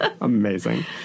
Amazing